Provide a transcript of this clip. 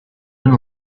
and